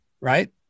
right